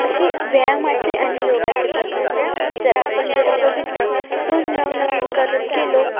असे व्यायामाचे आणि योगाचे प्रकार जर आपण जर बघितलं रोज नवनवीन करत गेलो